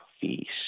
feast